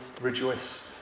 rejoice